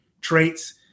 traits